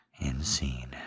Insane